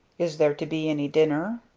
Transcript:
is there to be any dinner?